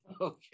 Okay